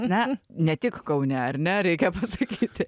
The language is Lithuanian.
ne ne tik kaune ar ne reikia pasakyti